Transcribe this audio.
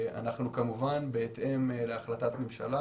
בהתאם להחלטת ממשלה